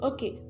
Okay